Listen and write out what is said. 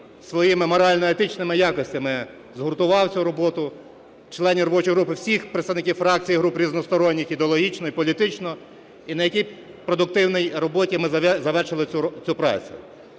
своїми морально-етичними якостями згуртував цю роботу, членів робочої групи, всіх представників фракцій і груп, різносторонніх ідеологічно і політично, і на якій продуктивній роботі ми завершили цю працю.